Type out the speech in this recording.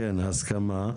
כן הסכמה,